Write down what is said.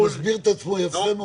הוא מסביר את עצמו יפה מאוד.